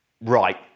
right